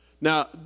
Now